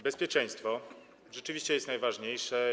Bezpieczeństwo rzeczywiście jest najważniejsze.